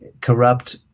corrupt